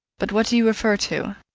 but what do you refer to?